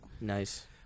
nice